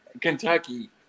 Kentucky